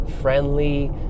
friendly